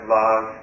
love